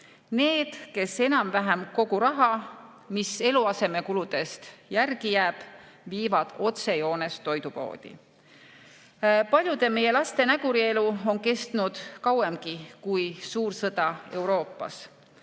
need, kes enam-vähem kogu raha, mis eluasemekuludest järele jääb, viivad otsejoones toidupoodi. Paljude meie laste nägurielu on kestnud kauemgi kui suur sõda Euroopas.